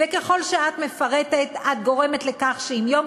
וככל שאת מפרטת את גורמת לכך שאם יום